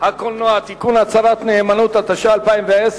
הקולנוע (תיקון, הצהרת נאמנות), התש"ע 2010,